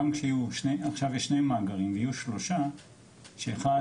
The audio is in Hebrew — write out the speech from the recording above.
עכשיו יש שני מאגרים ויהיו שלושה שאחד